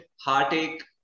heartache